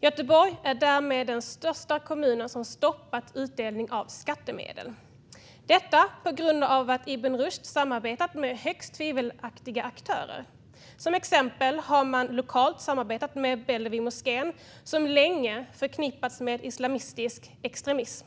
Göteborg är därmed den största kommunen som har stoppat utdelning av skattemedel. Detta är på grund av att Ibn Rushd har samarbetat med högst tvivelaktiga aktörer. Till exempel har man lokalt samarbetat med Bellevuemoskén, som länge har förknippats med islamistisk extremism.